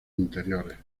interiores